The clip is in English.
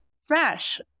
Smash